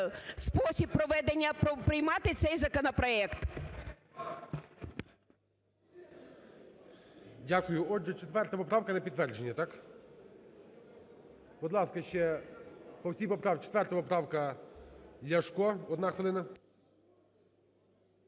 спосіб проведення, приймати цей законопроект.